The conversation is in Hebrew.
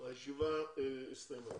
הישיבה ננעלה